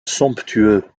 somptueux